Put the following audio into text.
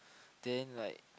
then like